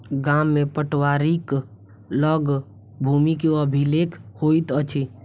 गाम में पटवारीक लग भूमि के अभिलेख होइत अछि